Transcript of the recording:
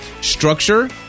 structure